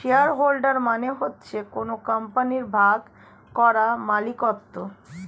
share holder মানে হচ্ছে কোন কোম্পানির ভাগ করা মালিকত্ব